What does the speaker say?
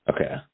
Okay